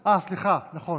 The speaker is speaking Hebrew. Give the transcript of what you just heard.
נכון,